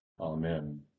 Amen